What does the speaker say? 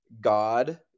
God